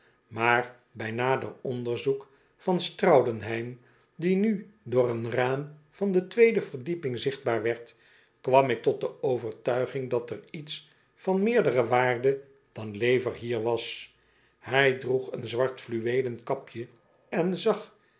maar bij nader onderzoek van straudenheim die nu door een raam van de tweede verdieping zichtbaar werd kwam ik tot de overtuiging dat er iets van meerdere waarde dan lever hier was hij droeg een zwart fluweelen kapje en zag